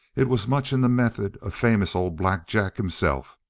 it was much in the method of famous old black jack himself.